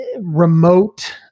remote